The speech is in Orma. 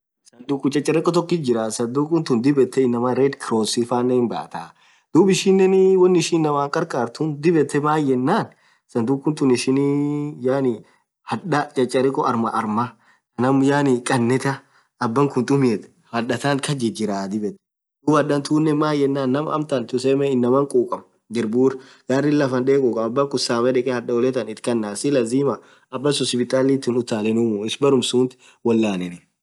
Sadhuku chacharekho tokit jira sadhuku tun dhib yethee inamaa red cross fanen hinbathaa dhub ishinen wonn ishin inamaa kharkharthun dhib yethe maan yenan sadhuku tun ishin hadhaa chacharekho arma armaa ñaam yaani khanetha abakhun tumiathu hadhaa thanth kasjirjira dhib yethee dhub hadha tunen maan yenann ñaam amtan tusemee inamaa khukam dhirbur garin lafan dhee khukam abakhun samme dhekhe hadholee than ith Khana si lazima abasun sipitali ithin utalenumm iss berremsuth wolaneni